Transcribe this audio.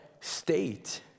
state